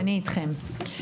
אני איתכם.